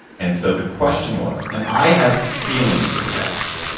and so the question was, and i have feelings for the cats.